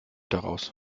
daraus